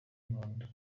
nkunda